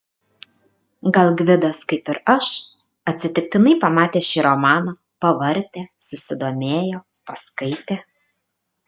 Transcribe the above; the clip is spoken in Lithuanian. gal gvidas kaip ir aš atsitiktinai pamatęs šį romaną pavartė susidomėjo paskaitė